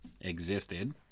existed